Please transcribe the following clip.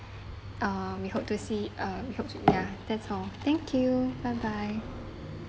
uh we hope to see uh we hope ya that's all thank you bye bye